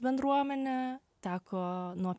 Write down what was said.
bendruomenę teko nuo